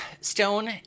Stone